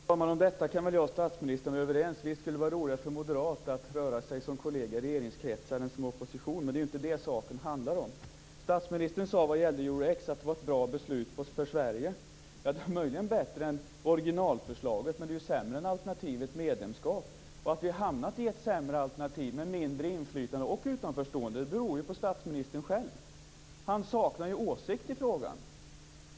Fru talman! Om detta kan statsministern och jag vara överens. Visst skulle det vara roligare för en moderat att röra sig som en kollega i regeringskretsar än vara i opposition, men det är ju inte det saken handlar om. Statsministern sade att beslutet om Euro-X var ett bra beslut för Sverige. Det är möjligen bättre än orginalförslaget, men det är sämre än alternativet medlemskap. Att vi har hamnat i ett sämre alternativ med mindre inflytande och utanförstående beror ju på statsministern själv. Han saknar ju åsikt i frågan.